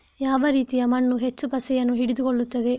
ಯಾವ ರೀತಿಯ ಮಣ್ಣು ಹೆಚ್ಚು ಪಸೆಯನ್ನು ಹಿಡಿದುಕೊಳ್ತದೆ?